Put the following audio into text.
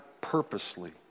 purposely